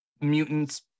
mutants